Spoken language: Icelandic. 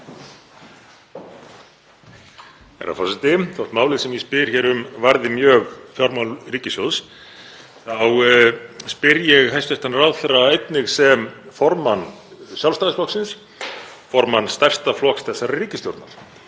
Þótt málið sem ég spyr hér um varði mjög fjármál ríkissjóðs þá spyr ég hæstv. ráðherra einnig sem formann Sjálfstæðisflokksins, formann stærsta flokks þessarar ríkisstjórnar,